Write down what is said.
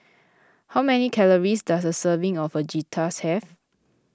how many calories does a serving of Fajitas have